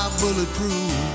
bulletproof